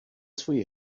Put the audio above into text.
svůj